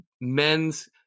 men's